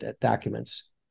documents